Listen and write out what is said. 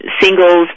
singles